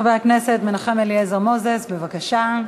חבר הכנסת מנחם אליעזר מוזס, בבקשה.